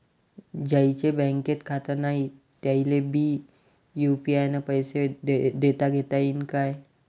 ज्याईचं बँकेत खातं नाय त्याईले बी यू.पी.आय न पैसे देताघेता येईन काय?